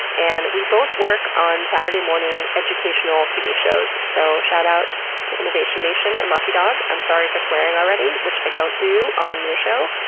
and, we both work on saturday morning educational tv shows, so shout out to innovation nation and lucky dog. i'm sorry for swearing already, which i don't do on your show.